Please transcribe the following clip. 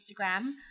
Instagram